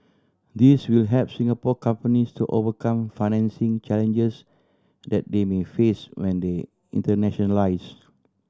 these will help Singapore companies to overcome financing challenges that they may face when they internationalise